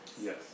Yes